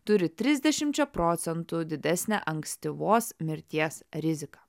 turi trisdešimčia procentų didesnę ankstyvos mirties riziką